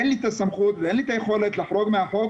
אין לי את הסמכות ואין לי את היכולת לחרוג מהחוק